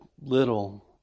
little